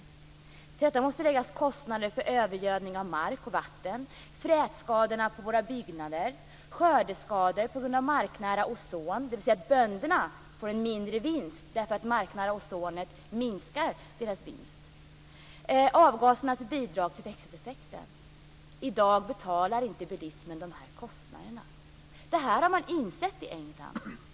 Till detta måste läggas kostnader för övergödning av mark och vatten, frätskador på våra byggnader, skördeskador på grund av marknära ozon - bönderna får en mindre vinst därför att det marknära ozonet minskar deras vinst - och avgasernas bidrag till växthuseffekten. I dag betalar inte bilismen de här kostnaderna. Det har man insett i England.